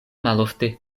malofte